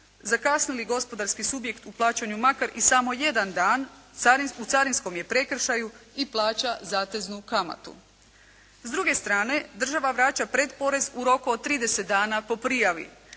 Zakasni li gospodarski subjekt u plaćanju makar i samo jedan dan, u carinskom je prekršaju i plaća zateznu kamatu. S druge strane država vraća predporez u roku od 30 dana po prijavi.